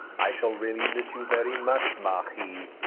i shall really miss you very much, marquis.